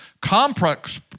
Complex